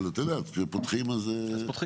אבל את יודעת, כשפותחים אז פותחים.